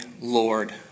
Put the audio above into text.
Lord